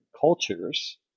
cultures